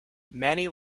many